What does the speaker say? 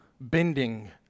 bending